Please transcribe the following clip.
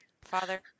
father